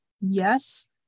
yes